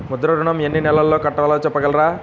ముద్ర ఋణం ఎన్ని నెలల్లో కట్టలో చెప్పగలరా?